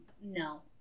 No